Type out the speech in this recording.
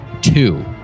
two